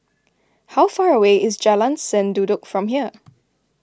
how far away is Jalan Sendudok from here